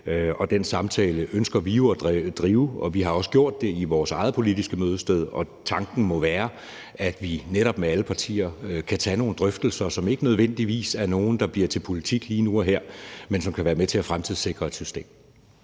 og den samtale ønsker vi at drive, og vi har også gjort det i vores eget forum, Det Politiske Mødested. Og tanken må være, at vi netop med alle partier kan tage nogle drøftelser, som ikke nødvendigvis er nogle, der bliver til politik lige nu og her, men som kan være med til at fremtidssikre et system.